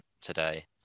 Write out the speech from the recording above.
today